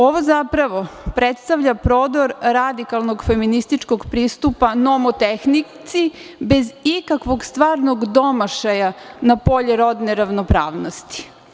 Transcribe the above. Ovo zapravo predstavlja prodor radikalnog feminističkog pristupa nomotehnici, bez ikakvog stvarnog domašaja na polje rodne ravnopravnosti.